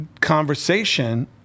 conversation